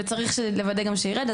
וצריך גם לוודא שירד.